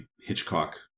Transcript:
Hitchcock